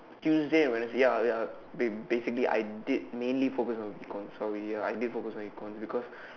Tuesday and Wednesday ya ya basically I did mainly focus on econs sorry ya I did focus on econs because